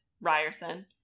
Ryerson